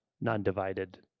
non-divided